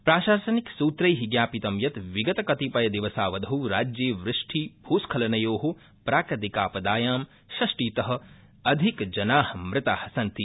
प्राशासनिकस्त्रै ज्ञापितं यत् विगत कतिपय दिवसावधौ राज्ये वृष्टिभ्स्खलनयो प्राकृतिकापदायां षष्टित अधिकजना मृता सन्ति